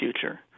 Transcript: future